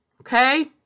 Okay